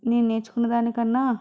నేను నేర్చుకున్న దాని కన్నా